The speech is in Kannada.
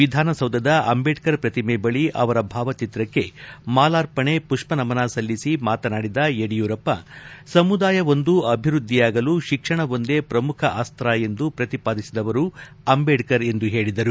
ವಿಧಾನಸೌಧದ ಅಂಬೇಡ್ಕರ್ ಪ್ರತಿಮೆ ಬಳಿ ಅವರ ಭಾವಚಿತ್ರಕ್ಕೆ ಮಾಲಾರ್ಪಣೆ ಪುಷ್ಷನಮನ ಸಲ್ಲಿಸಿ ಮಾತನಾಡಿದ ಯಡಿಯೂರಪ್ಪ ಸಮುದಾಯವೊಂದು ಅಭಿವೃದ್ದಿಯಾಗಲು ಶಿಕ್ಷಣವೊಂದೇ ಪ್ರಮುಖ ಅಸ್ತ ಎಂದು ಪ್ರತಿಪಾದಿಸಿದವರು ಅಂದೇಡ್ತರ್ ಎಂದು ಹೇಳಿದರು